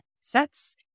sets